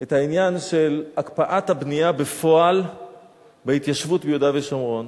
את העניין של הקפאת הבנייה בפועל בהתיישבות ביהודה ושומרון,